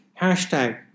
hashtag